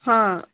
ହଁ